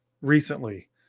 recently